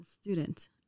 student